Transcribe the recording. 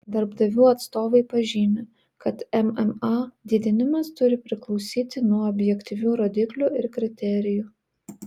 darbdavių atstovai pažymi kad mma didinimas turi priklausyti nuo objektyvių rodiklių ir kriterijų